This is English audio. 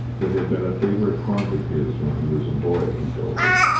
it had been a favourite haunt of his when he was a boy, he told her.